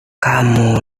kamu